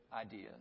ideas